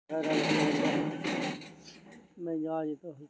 मधुमाछी पालन कें सेहो एपियोलॉजी के रूप मे जानल जाइ छै